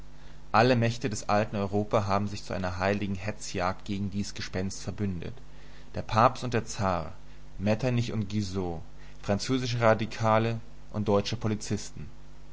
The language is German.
alle mächte des alten europa haben sich zu einer heiligen hetzjagd gegen dies gespenst verbündet der papst und der zar metternich und guizot französische radikale und deutsche polizisten